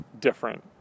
different